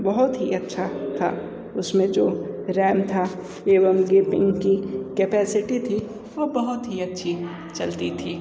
बहुत ही अच्छा था उसमें जो रेम था एवं गेपिंग की कैपेसिटी थी वो बहुत ही अच्छी चलती थी